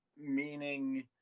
meaning